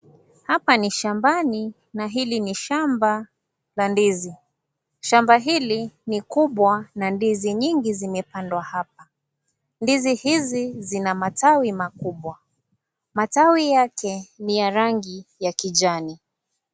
Hapa ni shambani na hili ni shamba la ndizi shamba hili ni kubwa na ndizi nyingi zimepandwa hapa ndizi hizi zina matawi makubwa matawi yake ni ya rangi ya kijani.